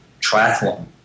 triathlon